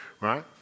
right